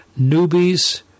newbies